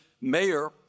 mayor